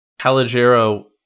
Caligero